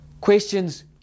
Questions